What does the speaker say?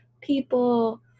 people